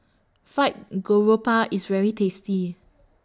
Fried Garoupa IS very tasty